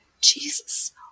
Jesus